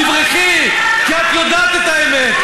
תברחי, כי את יודעת את האמת.